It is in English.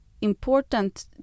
important